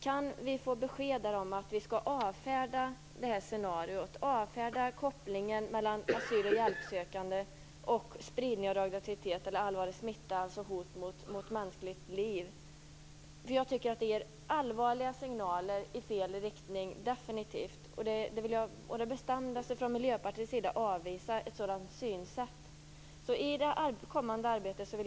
Kan vi där få besked om att vi skall avfärda detta scenario och avfärda kopplingen mellan asyl och hjälpsökande och spridning av radioaktivitet eller allvarlig smitta, alltså hot mot mänskligt liv? Jag tycker definitivt att det ger allvarliga signaler i fel riktning. Ett sådant synsätt vill vi från Miljöpartiet avvisa å det bestämdaste.